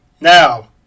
Now